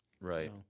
right